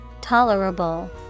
Tolerable